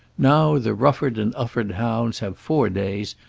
now the rufford and ufford hounds have four days,